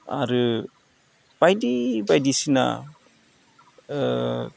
आरो बायदि बायदिसिना